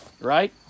right